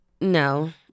No